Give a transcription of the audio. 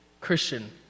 Christian